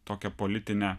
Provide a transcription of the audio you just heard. tokią politinę